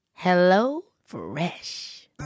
HelloFresh